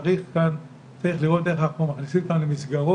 צריך לראות איך אנחנו מכניסים אותם למסגרות,